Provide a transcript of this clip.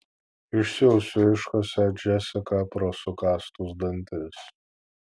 išsiųsiu iškošia džesika pro sukąstus dantis